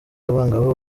abangavu